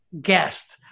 guest